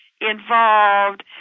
involved